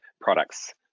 products